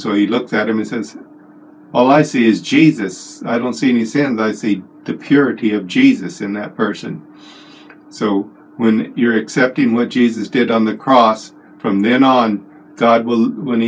so he looked at him a sense all i see is jesus i don't see any sand i see the purity of jesus in that person so when you're accepting what jesus did on the cross from then on god will